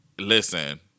Listen